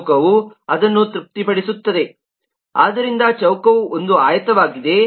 ಚೌಕವು ಅದನ್ನು ತೃಪ್ತಿಪಡಿಸುತ್ತದೆ ಆದ್ದರಿಂದ ಚೌಕವು ಒಂದು ಆಯತವಾಗಿದೆ